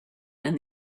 and